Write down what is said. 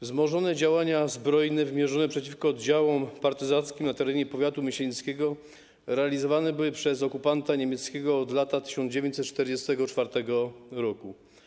Wzmożone działania zbrojne wymierzone przeciwko oddziałom partyzanckim na terenie powiatu myślenickiego realizowane były przez okupanta niemieckiego od lata 1944 r.